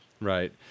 Right